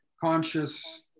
conscious